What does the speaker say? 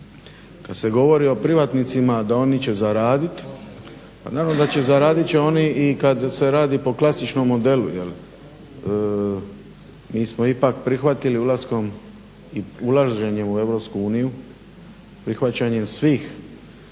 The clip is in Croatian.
Kad se govori o privatnicima da oni će zaradit, pa naravno da će, zaradit će oni i kad se radi po klasičnom modelu. Mi smo ipak prihvatili ulaskom, ulaženjem u Europsku uniju, prihvaćanjem svih pravnih